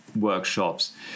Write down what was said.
Workshops